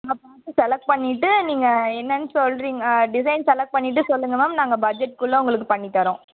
நீங்கள் பார்த்து செலெக்ட் பண்ணிவிட்டு நீங்கள் என்னென்னு சொல்கிறிங்க டிஸைன் செலெக்ட் பண்ணிவிட்டு சொல்லுங்கள் மேம் நாங்கள் பட்ஜெட்டுக்குள்ளே உங்களுக்கு பண்ணித்தர்றோம்